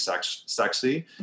sexy